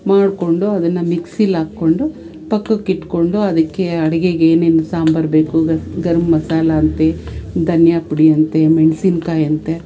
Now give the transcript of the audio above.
ಮಾಡಿಕೊಂಡು ಅದನ್ನು ಮಿಕ್ಸಿಲಿ ಹಾಕ್ಕೊಂಡು ಪಕ್ಕಕ್ಕಿಟ್ಕೊಂಡು ಅದಕ್ಕೆ ಅಡ್ಗೆಗೆ ಏನೇನು ಸಾಂಬಾರು ಬೇಕು ಗರಮ್ ಮಸಾಲ ಅಂತೆ ಧನ್ಯಾ ಪುಡಿ ಅಂತೆ ಮೆಣಸಿನ್ಕಾಯಿ ಅಂತೆ